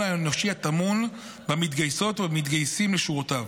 האנושי הטמון במתגייסות ובמתגייסים לשורותיו.